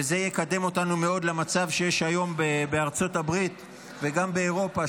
וזה יקדם אותנו מאוד למצב שיש היום גם בארצות הברית וגם באירופה,